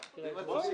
רע.